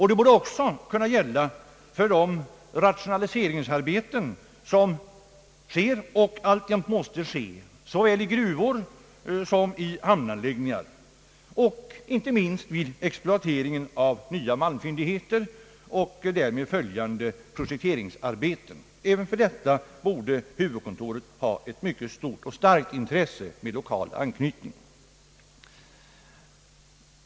Det borde också kunna gälla de rationaliseringsarbeten, som har skett och alltjämt måste ske såväl i gruvor som vid hamnanläggningar och inte minst vid exploateringen av nya malmfyndigheter och därmed följande projekteringsarbeten.